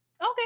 Okay